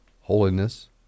holiness